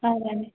हाँ मैम